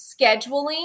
scheduling